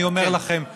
אני אומר לכם,